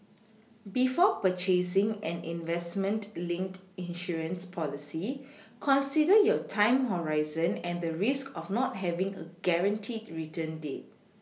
before purchasing an investment linked insurance policy consider your time horizon and the risks of not having a guaranteed return rate